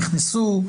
נכנסו,